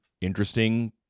interesting